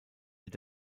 mit